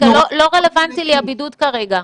לא רלוונטי לי הבידוד כרגע,